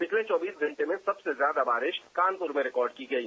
पिछले चौबीस घंटों में सबसे जयादा बारिश कानपुर में रिकॉर्ड की गयी